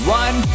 one